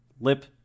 lip